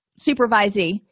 supervisee